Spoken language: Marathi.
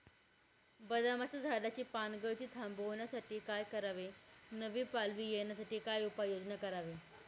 बदामाच्या झाडाची पानगळती थांबवण्यासाठी काय करावे? नवी पालवी येण्यासाठी काय उपाययोजना करावी?